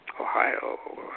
Ohio